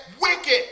wicked